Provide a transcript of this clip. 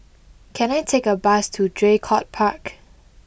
can I take a bus to Draycott Park